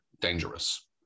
dangerous